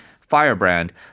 firebrand